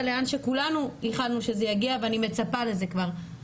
לאן שכולנו ייחלנו שזה יגיע ואני מצפה לזה כבר,